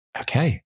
okay